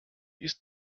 ist